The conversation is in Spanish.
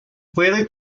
puede